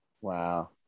wow